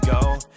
go